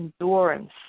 endurance